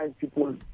people